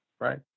right